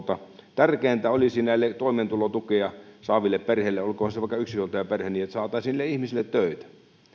tärkeintä näille toimeentulotukea saaville perheille olkoon se vaikka yksinhuoltajaperhe olisi että saataisiin ihmisille töitä